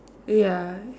ya